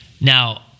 Now